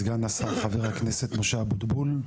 סגן השר חבר הכנסת משה אבוטבול,